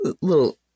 Little